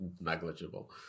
negligible